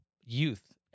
youth